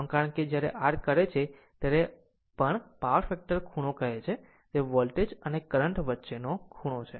આમ કારણ કે જ્યારે r કરે છે ત્યારે જ્યારે પણ પાવર ફેક્ટર ખૂણો કહે છે તે વોલ્ટેજ અને કરંટ વચ્ચેનો ખૂણો છે